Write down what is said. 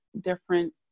different